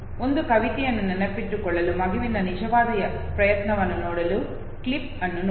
ಒಂದು ಕವಿತೆಯನ್ನು ನೆನಪಿಟ್ಟುಕೊಳ್ಳಲು ಮಗುವಿನ ನಿಜವಾದ ಪ್ರಯತ್ನವನ್ನು ನೋಡಲು ಕ್ಲಿಪ್ ಅನ್ನು ನೋಡಿ